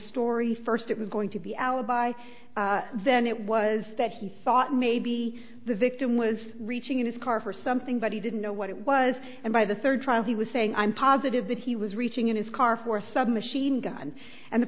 story first it was going to be alibi then it was that he thought maybe the victim was reaching in his car for something but he didn't know what it was and by the third trial he was saying i'm positive that he was reaching in his car for a submachine gun and the